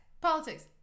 politics